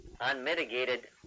unmitigated